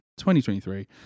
2023